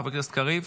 חבר הכנסת קריב,